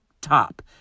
top